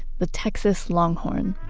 the texas longhorn